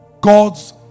God's